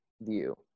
view